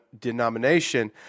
denomination